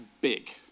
big